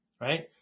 right